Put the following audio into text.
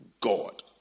God